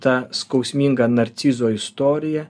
ta skausminga narcizo istorija